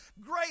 great